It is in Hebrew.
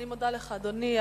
אני מודה לך, אדוני.